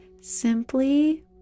simply